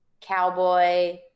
cowboy